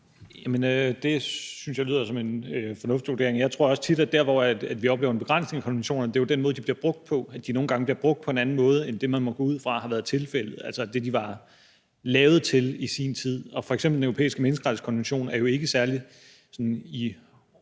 (S): Det synes jeg lyder som en fornuftig vurdering. Jeg tror også, at der, hvor vi oplever en begrænsning i konventionerne, jo tit er i den måde, de bliver brugt på, altså ved at de nogle gange bliver brugt på en anden måde end det, man må gå ud fra har været tilfældet, altså det, de var lavet til i sin tid. F.eks. er Den Europæiske Menneskerettighedskonvention sådan i ordlængde